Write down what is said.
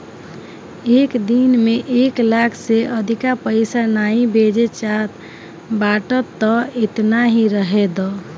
एक दिन में एक लाख से अधिका पईसा नाइ भेजे चाहत बाटअ तअ एतना ही रहे दअ